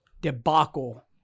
debacle